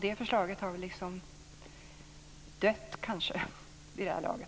Det förslaget har väl liksom dött vid det här laget.